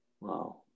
Wow